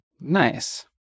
Nice